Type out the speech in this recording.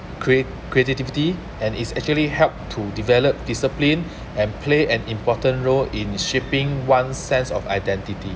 creat~ creativity and it's actually helped to develop discipline and play an important role in shaping one sense of identity